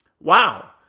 Wow